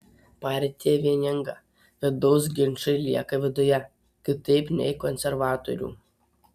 partija vieninga vidaus ginčai lieka viduje kitaip nei konservatorių